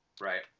Right